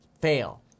fail